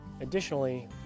Additionally